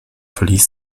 verließ